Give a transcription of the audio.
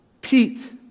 Pete